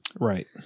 Right